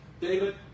David